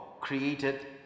created